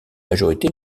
majorité